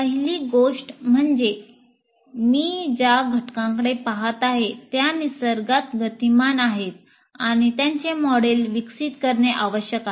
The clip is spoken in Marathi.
पहिली गोष्ट म्हणजे मी ज्या घटकांकडे पहात आहे त्या निसर्गात गतिमान आहेत आणि त्यांचे मॉडेल विकसित करणे आवश्यक आहे